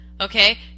okay